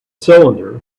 cylinder